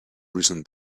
reason